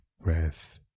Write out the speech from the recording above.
breath